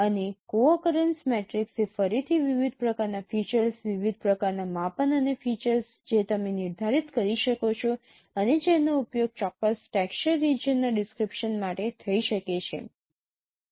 અને co occurrence મેટ્રિક્સથી ફરીથી વિવિધ પ્રકારના ફીચર્સ વિવિધ પ્રકારનાં માપન અને ફીચર્સ જે તમે નિર્ધારિત કરી શકો છો અને જેનો ઉપયોગ ચોક્કસ ટેક્સચર રિજિયનના ડિસક્રીપશન માટે થઈ શકે છે